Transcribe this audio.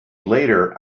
later